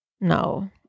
No